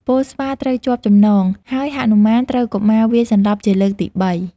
ពលស្វាត្រូវជាប់ចំណង ហើយហនុមានត្រូវកុមារវាយសន្លប់ជាលើកទីបី ។